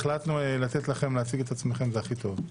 החלטנו לתת לכם להציג את עצמכם, זה הכי טוב.